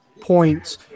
points